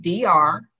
DR